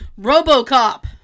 Robocop